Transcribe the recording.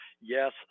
Yes